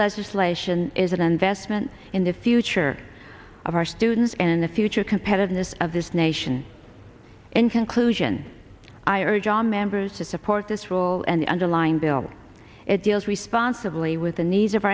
legislation is an investment in the future of our students and in the future competitiveness of this nation in conclusion i urge our members to support this role and underlying bill it deals responsiblity with the needs of